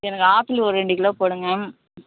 எனக்கு ஆப்பிள் ஒரு ரெண்டு கிலோ போடுங்கள்